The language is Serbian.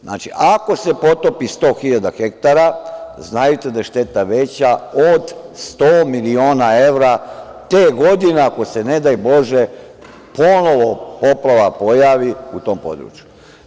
Znači, ako se potopi 100 hiljada hektara, znajte da je šteta veća od 100 miliona evra te godine, ako se ne daj bože ponovo poplava pojavi u tom području.